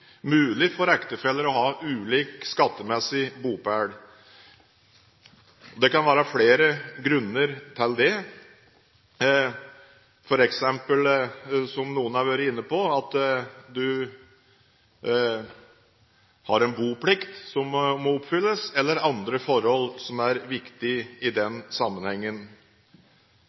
mulig for ektefeller å ha ulik skattemessig bopel. Det kan være flere grunner til det, f.eks. – som noen har vært inne på – at en har en boplikt som må oppfylles eller andre forhold som er viktige i den sammenhengen.